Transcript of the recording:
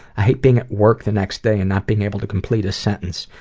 i hate being at work the next day and not being able to complete a sentence,